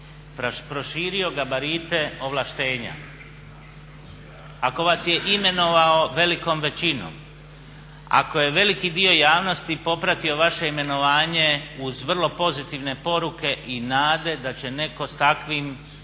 proširio gabarite ovlaštenja, ako vas je imenovao velikom većinom, ako je veliki dio javnosti popratio vaše imenovanje uz vrlo pozitivne poruke i nade da će netko s takvim